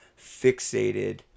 fixated